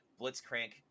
Blitzcrank